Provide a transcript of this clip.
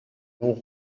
blanc